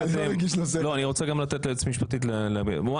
אני רוצה לתת גם ליועצת המשפטית לדבר.